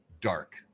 dark